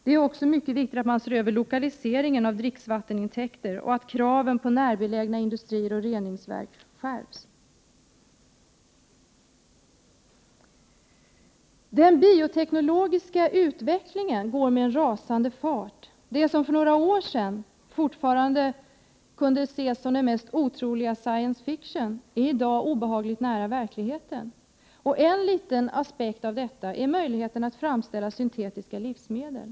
Det är också mycket viktigt att man ser över lokaliseringen av dricksvattentäkter och att kraven på närbelägna industrier och reningsverk skärps. Den bioteknologiska utvecklingen går med rasande fart. Det som för några år sedan fortfarande kunde ses som den mest otroliga science fiction är i dag obehagligt nära verkligheten. En liten aspekt på detta är möjligheten att framställa syntetiska livsmedel.